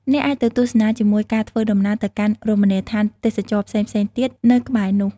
អ្នកអាចទៅទស្សនាជាមួយការធ្វើដំណើរទៅកាន់រមណីយដ្ឋានទេសចរណ៍ផ្សេងៗទៀតនៅក្បែរនោះ។